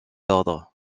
ordres